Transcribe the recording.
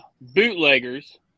bootleggers